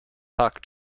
pak